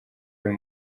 uyu